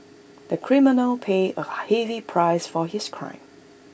the criminal paid A heavy price for his crime